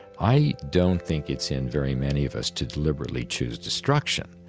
i don't think it's in very many of us to deliberately choose destruction,